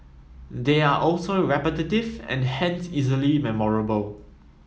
they are also repetitive and hence easily memorable